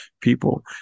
people